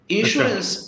Insurance